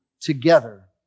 together